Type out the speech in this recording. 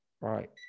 Right